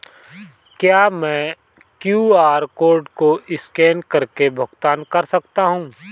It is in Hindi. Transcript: क्या मैं क्यू.आर कोड को स्कैन करके भुगतान कर सकता हूं?